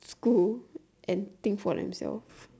school and think for themselves